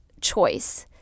choice